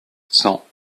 cent